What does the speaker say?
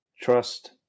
trust